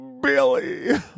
Billy